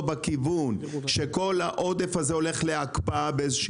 או בכיוון שכל העודף הזה הולך להקפאה באיזו